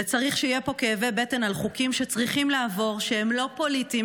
וצריך שיהיו פה כאבי בטן על חוקים שצריכים לעבור והם לא פוליטיים,